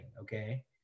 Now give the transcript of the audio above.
okay